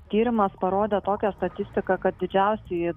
tyrimas parodė tokią statistiką kad didžiausieji